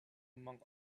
among